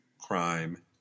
Crime